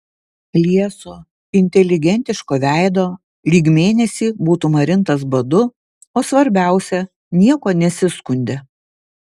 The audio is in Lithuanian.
lieso inteligentiško veido lyg mėnesį būtų marintas badu o svarbiausia niekuo nesiskundė